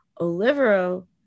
Olivero